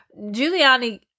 Giuliani